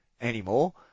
anymore